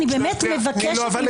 אני באמת מבקשת ממך -- אבל תני לו לדבר.